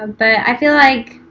ah but i feel like